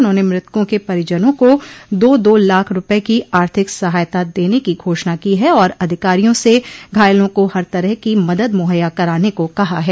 उन्होंने मृतकों के परिजनों को दो दो लाख रूपये की आर्थिक सहायता देने की घोषणा की है और अधिकारियों से घायलों को हर तरह की मदद मुहैया कराने को कहा है